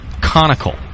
conical